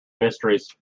mysteries